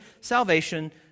salvation